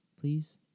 Please